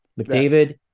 McDavid